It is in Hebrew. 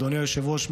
אדוני היושב-ראש,